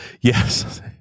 Yes